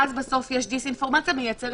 ואז בסוף יש דיס אינפורמציה שמייצרת